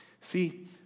See